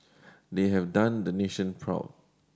they have done the nation proud